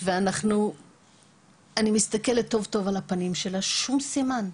ואנני מסתכלת טוב טוב על הפנים שלה ואין לה שום סימן,